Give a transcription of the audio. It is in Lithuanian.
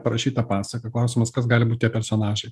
parašyt tą pasaką klausimas kas gali būt tie personažai